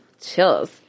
chills